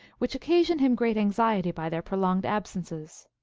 which occasion him great anxiety by their prolonged absences.